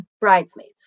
bridesmaids